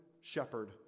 shepherd